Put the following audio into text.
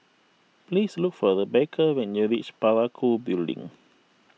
please look for Rebecca when you reach Parakou Building